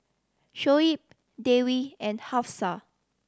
Shoaib Dewi and Hafsa